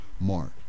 mark